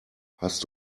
hast